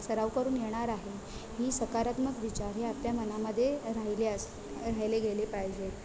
सराव करून येणार आहे ही सकारात्मक विचार हे आपल्या मनामध्ये राहिले असे राहिले गेले पाहिजेत